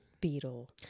beetle